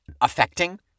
affecting-